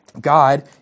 God